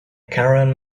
caravan